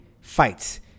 fights